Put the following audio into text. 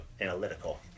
analytical